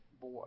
boy